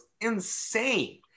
insane